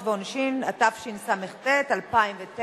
(תיקון, עבירות ועונשין), התשס"ט 2009,